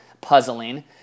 puzzling